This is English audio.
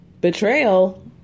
Betrayal